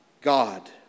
God